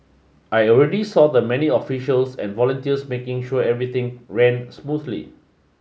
I already saw the many officials and volunteers making sure everything ran smoothly